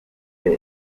eng